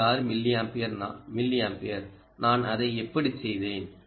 6 milliampere நான் அதை எப்படி செய்தேன்